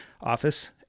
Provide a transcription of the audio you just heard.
Office